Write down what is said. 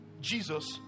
Jesus